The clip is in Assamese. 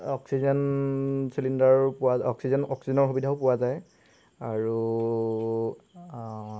অক্সিজেন চিলিণ্ডাৰো পোৱা যায় অক্সিজেন অক্সিজেনৰ সুবিধাও পোৱা যায় আৰু